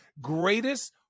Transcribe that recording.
greatest